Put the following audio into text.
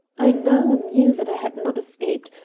i now knew that i had not escaped,